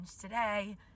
today